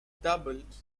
doubled